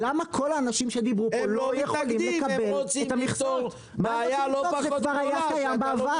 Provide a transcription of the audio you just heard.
הם רוצים לפתור בעיה לא פחות גדולה,